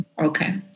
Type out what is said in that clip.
Okay